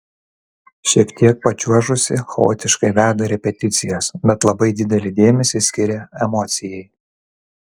šiek tiek pačiuožusi chaotiškai veda repeticijas bet labai didelį dėmesį skiria emocijai